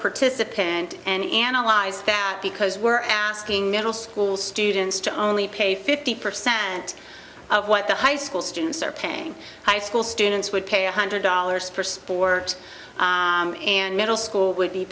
participant and analyzed that because were asking middle school students to only pay fifty percent of what the high school students are paying high school students would pay one hundred dollars for it and middle school would be